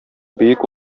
бөек